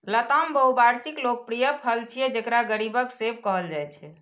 लताम बहुवार्षिक लोकप्रिय फल छियै, जेकरा गरीबक सेब कहल जाइ छै